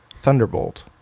thunderbolt